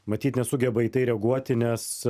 matyt nesugeba į tai reaguoti nes